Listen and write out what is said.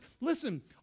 listen